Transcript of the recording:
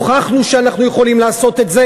הוכחנו שאנחנו יכולים לעשות את זה,